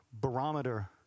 barometer